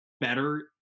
better